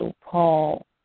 Paul